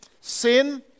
Sin